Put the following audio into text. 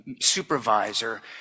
supervisor